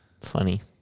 Funny